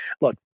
look